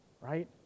right